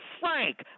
Frank